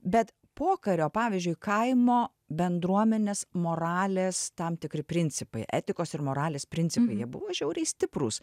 bet pokario pavyzdžiui kaimo bendruomenės moralės tam tikri principai etikos ir moralės principai jie buvo žiauriai stiprūs